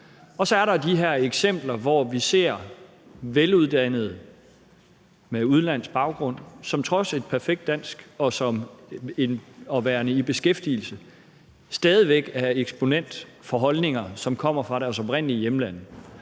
og så er der de her eksempler, hvor vi ser veluddannede med udenlandsk baggrund, som trods et perfekt dansk og på trods af at være i beskæftigelse stadig væk er eksponenter for holdninger, som kommer fra deres oprindelige hjemland.